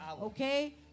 Okay